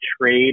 trade